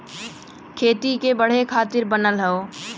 खेती के बढ़े खातिर बनल हौ